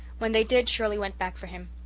when they did shirley went back for him.